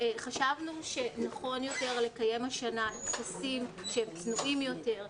חשבנו שנכון יותר לקיים השנה טקסים צנועים יותר,